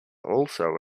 also